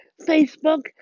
Facebook